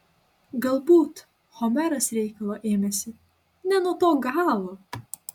galbūt homeras reikalo ėmėsi ne nuo to galo